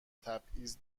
تبعیض